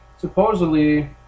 Supposedly